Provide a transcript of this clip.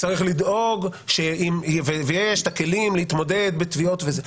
צריך לדאוג ויש את הכלים להתמודד בתביעות וכולי.